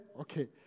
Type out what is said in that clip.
Okay